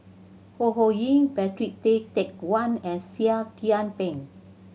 Ho Ho Ying Patrick Tay Teck Guan and Seah Kian Peng